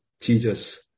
Jesus